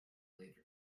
later